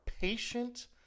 patient